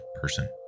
person